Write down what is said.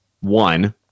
one